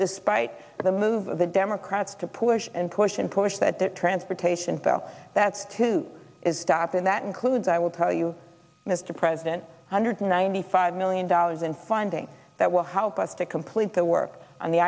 despite the move of the democrats to push and push and push that the transportation bill that's to stop and that includes i will tell you mr president hundred ninety five million dollars in funding that will help us to complete the work on the